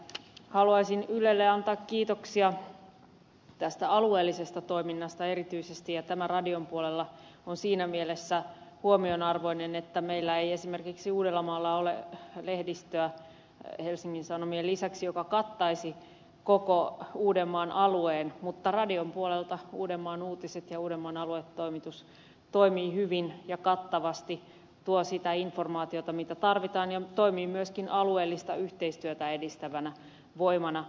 haluaisin ylelle antaa kiitoksia tästä alueellisesta toiminnasta erityisesti ja tämä radion puolella on siinä mielessä huomionarvoinen asia että meillä ei esimerkiksi uudellamaalla ole lehdistöä helsingin sanomien lisäksi joka kattaisi koko uudenmaan alueen mutta radion puolelta uudenmaan uutiset ja uudenmaan aluetoimitus toimivat hyvin ja kattavasti tuovat sitä informaatiota mitä tarvitaan ja toimivat myöskin alueellista yhteistyötä edistävänä voimana